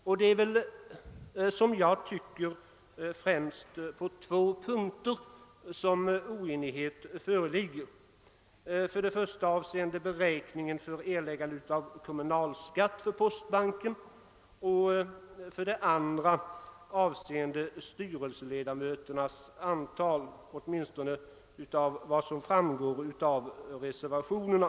Såvitt jag förstår är det främst vad beträffar två punkter som oenighet föreligger, nämligen för det första i fråga om beräkningen för erläggande av kommunalskatt för postbanken och för det andra i fråga om styrelseledamöternas antal. Åtminstone är detta vad som framgår av reservationerna.